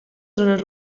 zones